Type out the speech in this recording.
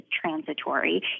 transitory